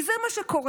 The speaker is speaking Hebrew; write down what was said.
כי זה מה שקורה.